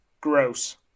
gross